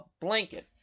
blanket